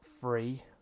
free